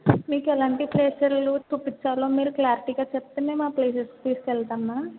మీకెలాంటి ప్లేసులు చూపించాలో మీరు క్లారిటీగా చెప్తే మేము ఆ ప్లేసెస్ తీసుకెళ్తాం మ్మా